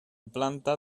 planta